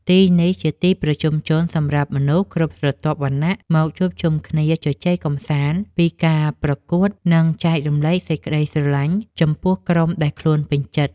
ទីនេះជាទីប្រជុំជនសម្រាប់មនុស្សគ្រប់ស្រទាប់វណ្ណៈមកជួបជុំគ្នាជជែកកម្សាន្តពីការប្រកួត និង ចែករំលែកសេចក្តីស្រលាញ់ចំពោះក្រុមដែលខ្លួនពេញចិត្ត។